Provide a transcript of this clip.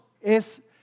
es